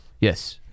Yes